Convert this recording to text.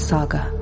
Saga